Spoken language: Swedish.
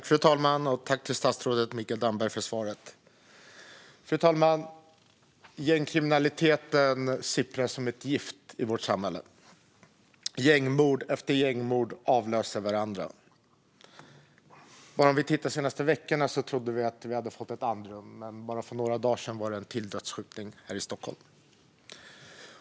Fru talman! Tack, statsrådet Mikael Damberg, för svaret! Gängkriminaliteten sipprar som ett gift i vårt samhälle. Gängmorden avlöser varandra. De senaste veckorna trodde vi att vi hade fått ett andrum, men bara för några dagar sedan var det ännu en dödsskjutning här i Stockholm.